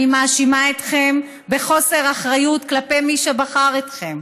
אני מאשימה אתכם בחוסר אחריות כלפי מי שבחר אתכם.